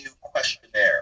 questionnaire